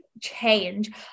change